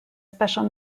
special